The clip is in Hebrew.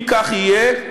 אם כך יהיה,